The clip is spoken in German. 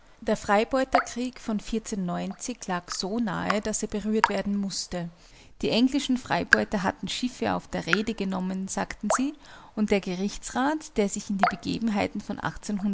der freibeuterkrieg von lag so nahe daß er berührt werden mußte die englischen freibeuter hatten schiffe auf der rhede genommen sagten sie und der gerichtsrat der sich in die begebenheiten von